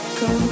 go